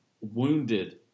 wounded